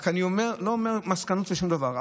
אני לא מסיק מסקנות ושום דבר.